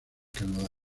canadá